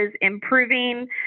improving